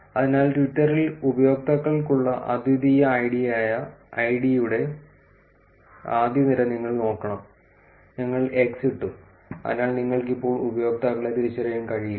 അതിനാൽ ട്വിറ്ററിൽ ഉപയോക്താക്കൾക്കുള്ള അദ്വിതീയ ഐഡിയായ ഐഡിയുടെ ആദ്യ നിര നിങ്ങൾ നോക്കണം ഞങ്ങൾ x ഇട്ടു അതിനാൽ നിങ്ങൾക്ക് ഇപ്പോൾ ഉപയോക്താക്കളെ തിരിച്ചറിയാൻ കഴിയില്ല